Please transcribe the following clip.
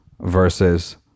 versus